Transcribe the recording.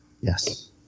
Yes